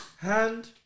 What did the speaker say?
hand